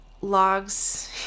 logs